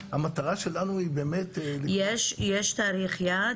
יש תאריך יעד?